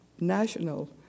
national